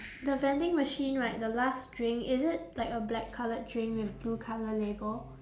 the vending machine right the last drink is it like a black coloured drink with blue colour label